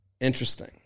Interesting